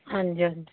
ਹਾਂਜੀ ਹਾਂਜੀ